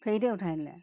ফেৰিতে উঠাই দিলে